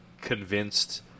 convinced